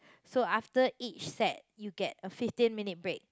so after each set you get a fifteen minute break